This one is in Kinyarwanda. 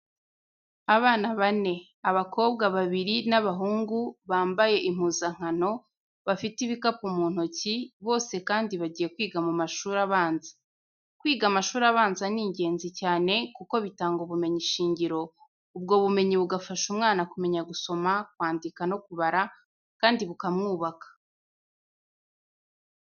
Abana bane, abakobwa babiri n'abahungu bambye impuzankano bafite ibikapu mu ntoki, bose kandi bagiye kwiga mu mashuri abanza. Kwiga amashuri abanza ni ingenzi cyane kuko bitanga ubumenyi shingiro, ubwo bumenyi bugafasha umwana kumenya gusoma, kwandika no kubara kandi bukamwubaka.